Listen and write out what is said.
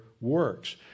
works